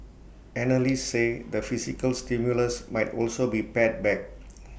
analysts say the fiscal stimulus might also be pared back